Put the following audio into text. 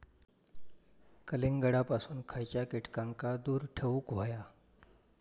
कलिंगडापासून खयच्या कीटकांका दूर ठेवूक व्हया?